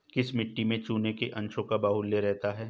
किस मिट्टी में चूने के अंशों का बाहुल्य रहता है?